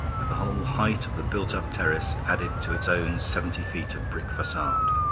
with the whole height of the built-up terrace added to its own seventy feet of brick facade.